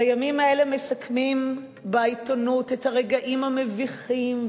בימים האלה מסכמים בעיתונות את הרגעים המביכים,